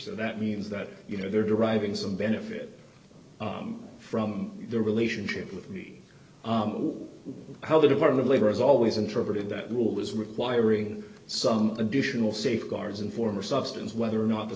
so that means that you know they're deriving some benefit from their relationship with how the department of labor has always interpreted that rule is requiring some additional safeguards and former substance whether or not the